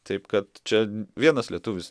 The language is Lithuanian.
taip kad čia vienas lietuvis